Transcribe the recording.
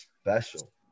special